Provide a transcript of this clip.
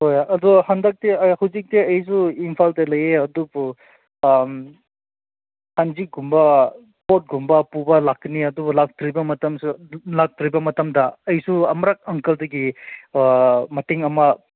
ꯍꯣꯏ ꯑꯗꯣ ꯍꯟꯗꯛꯇꯤ ꯍꯧꯖꯤꯛꯇꯤ ꯑꯩꯁꯨ ꯏꯝꯐꯥꯜꯗ ꯂꯩꯌꯦ ꯑꯗꯨꯕꯨ ꯍꯥꯡꯆꯤꯠꯀꯨꯝꯕ ꯄꯣꯠꯀꯨꯝꯕ ꯄꯨꯕ ꯂꯥꯛꯀꯅꯤ ꯑꯗꯨꯕꯨ ꯂꯥꯛꯇ꯭ꯔꯤꯕ ꯃꯇꯝꯁꯨ ꯂꯥꯛꯇ꯭ꯔꯤꯕ ꯃꯇꯝꯗ ꯑꯩꯁꯨ ꯑꯃꯔꯛ ꯑꯪꯀꯜꯗꯒꯤ ꯃꯇꯦꯡ ꯑꯃ